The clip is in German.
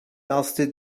erste